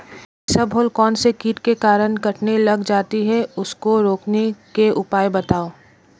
इसबगोल कौनसे कीट के कारण कटने लग जाती है उसको रोकने के उपाय बताओ?